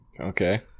Okay